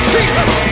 Jesus